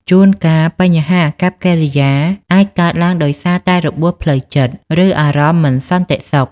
ជួនកាលបញ្ហាអាកប្បកិរិយាអាចកើតឡើងដោយសារតែរបួសផ្លូវចិត្ត ឬអារម្មណ៍មិនសន្តិសុខ។